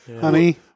honey